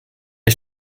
ich